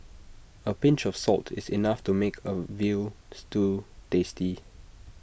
A pinch of salt is enough to make A Veal Stew tasty